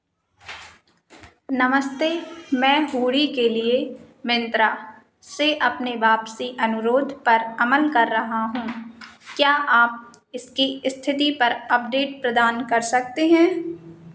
नमस्ते मैं हूरी के लिए मिंत्रा से अपने वापसी अनुरोध पर अमल कर रहा हूँ क्या आप इसकी स्थिति पर अपडेट प्रदान कर सकते हैं